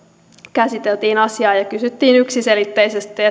käsiteltiin asiaa ja kysyttiin yksiselitteisesti